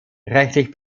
rechtlich